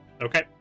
Okay